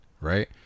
right